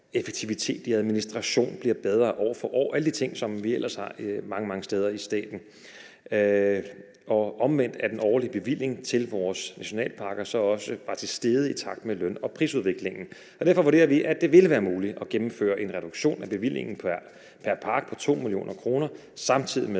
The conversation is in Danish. effektivitet i administrationen bliver bedre år for år, og alle de ting, som vi ellers har mange, mange steder i staten. Og omvendt er den årlige bevilling til vores nationalparker så faktisk også steget i takt med løn- og prisudviklingen. Derfor vurderer vi, at det vil være muligt at gennemføre en reduktion af bevillingen pr. park på 2 mio. kr., samtidig med